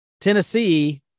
Tennessee –